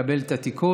אני מקבל את התיקון,